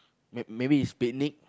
may maybe it's picnic